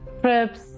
Trips